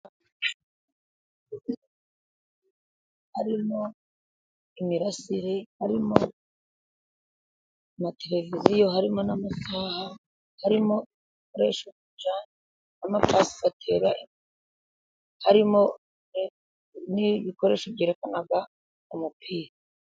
Harimo imirasire ,harimo amateleviziyo ,harimo n'amasaha ,harimo ibikoresho bijyanye n,amapasi, harimo nibikoresho byerekanaga umupira.